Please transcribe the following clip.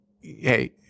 Hey